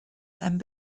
and